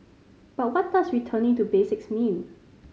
but what does returning to basics mean